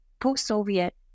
post-Soviet